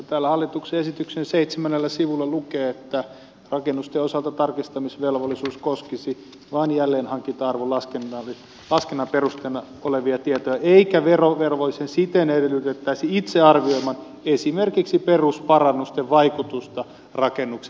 täällä hallituksen esityksen seitsemännellä sivulla lukee että rakennusten osalta tarkistamisvelvollisuus koskisi vain jälleenhankinta arvon laskennan perusteena olevia tietoja eikä verovelvollisen siten edellytettäisi itse arvioivan esimerkiksi perusparannusten vaikutusta rakennuksen verotusarvoon